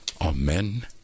Amen